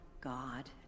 God